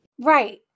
Right